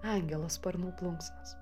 angelo sparnų plunksnos